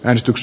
äänestyks